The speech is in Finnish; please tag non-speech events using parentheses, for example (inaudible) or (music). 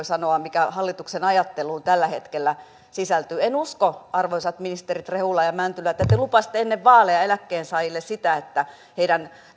(unintelligible) sanoa mikä hallituksen ajatteluun tällä hetkellä sisältyy en usko arvoisat ministerit rehula ja mäntylä että te lupasitte ennen vaaleja eläkkeensaajille sitä että heidän